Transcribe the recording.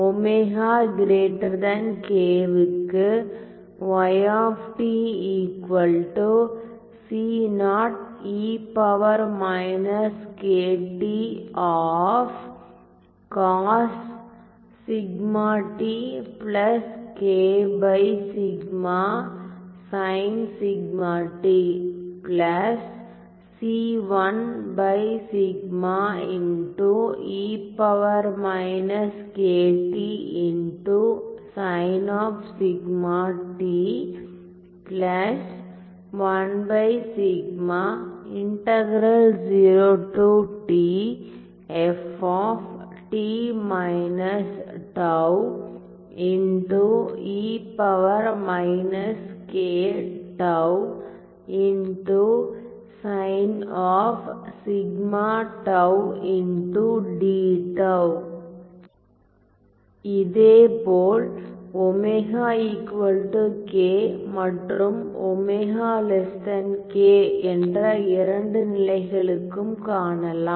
ω k க்கு இதேபோல் ω k மற்றும் ω k என்ற 2 நிலைகளுக்கும் காணலாம்